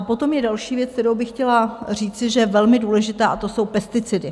Potom je další věc, kterou by chtěla říci, že je velmi důležitá, a to jsou pesticidy.